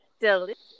Delicious